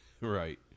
Right